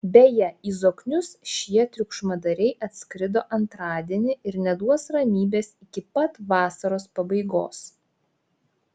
beje į zoknius šie triukšmadariai atskrido antradienį ir neduos ramybės iki pat vasaros pabaigos